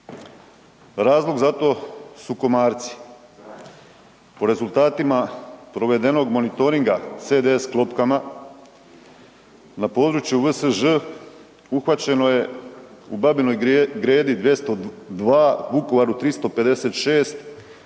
Razlog za to su komarci. Po rezultatima provedenog monitoringa CDC-klopkama na području VSŽ uhvaćeno je u Babinoj Gredi 202, u Vukovaru 356, Boboti,